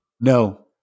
No